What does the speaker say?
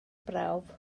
brawf